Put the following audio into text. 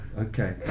okay